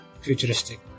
futuristic